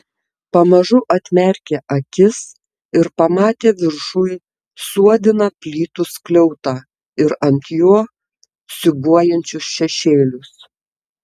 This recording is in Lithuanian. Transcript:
pamažu atmerkė akis ir pamatė viršuj suodiną plytų skliautą ir ant jo siūbuojančius šešėlius